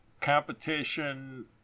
competition